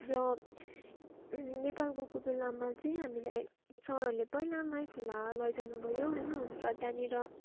र नेपाल गएको बेलामा चाहिँ हामीलाई सरहरूले पहिला माइखोला लैजाउनु भयो होइन र त्यहाँनिर